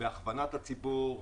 בהכוונת הציבור,